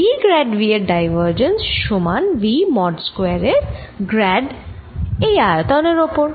V grad V এর divergence সমান V mod square এর গ্র্যাড এই আয়তনের ওপর